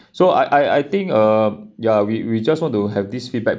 so I I I think uh ya we we just want to have this feedback